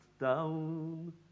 down